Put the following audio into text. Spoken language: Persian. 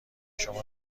شما